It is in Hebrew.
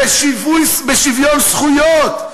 בשוויון זכויות,